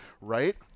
right